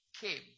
came